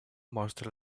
mostra